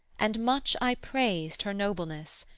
and much i praised her nobleness,